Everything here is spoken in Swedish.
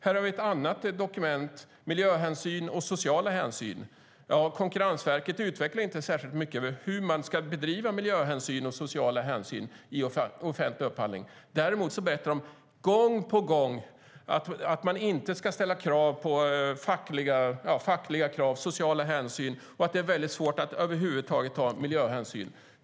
Här har vi ett annat dokument, Miljöhänsyn och sociala hänsyn , där Konkurrensverket inte utvecklar särskilt mycket hur man ska ta miljöhänsyn och sociala hänsyn i offentlig upphandling. Däremot berättar de gång på gång att man inte ska ställa fackliga krav och ta sociala hänsyn och att det är väldigt svårt att över huvud taget ta miljöhänsyn.